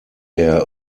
der